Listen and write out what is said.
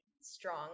strong